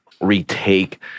retake